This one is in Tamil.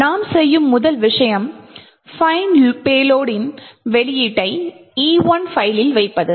நாம் செய்யும் முதல் விஷயம் find payload இன் வெளியீட்டை E1 பைல்லில் வைப்பது